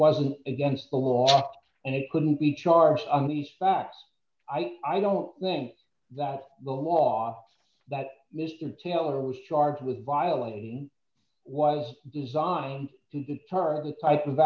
wasn't against the law and it couldn't be charged on these facts i don't think that the law that mr taylor was charged with violating was designed to deter the type of